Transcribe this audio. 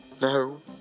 No